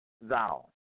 thou